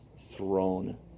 Throne